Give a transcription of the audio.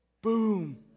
Boom